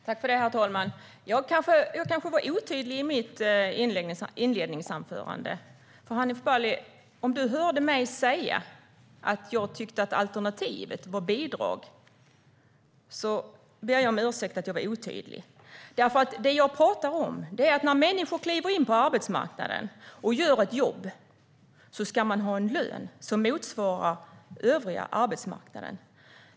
Herr talman! Jag var kanske otydlig i mitt inledningsanförande. Hanif Bali! Om du hörde mig säga att jag tyckte att alternativet var bidrag ber jag om ursäkt för att jag var otydlig. Det som jag talade om var att när människor kliver in på arbetsmarknaden och gör ett jobb ska de ha en lön som motsvarar lönerna på den övriga arbetsmarknaden.